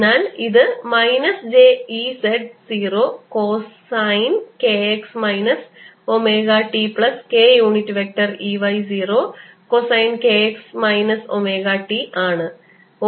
അതിനാൽ ഇത് minus j E z 0 k cosine k x minus omega t plus k unit vector E y 0 k cosine k x minus omega t ആണ്